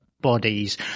bodies